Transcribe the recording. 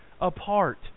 apart